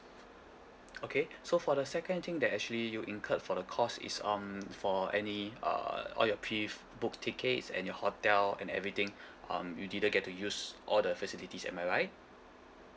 okay so for the second I think that actually you incurred for the cost is um for any uh all your prebooked tickets and your hotel and everything um you didn't get to use all the facilities am I right